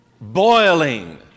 boiling